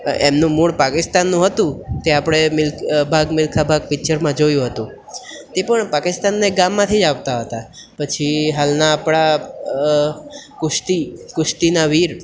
એમનું મૂળ પાકિસ્તાનનું હતું તે આપણે ભાગ મિલ્ખા ભાગ પિક્ચરમાં જોયું હતું તે પણ પાકિસ્તાનના ગામમાંથી જ આવતા હતા પછી હાલના આપણા કુશ્તી કુશ્તીના વીર